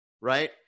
right